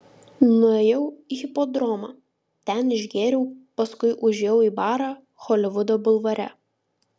nuėjau į hipodromą ten išgėriau paskui užėjau į barą holivudo bulvare